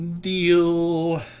Deal